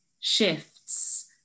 shifts